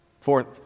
fourth